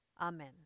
Amen